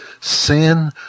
Sin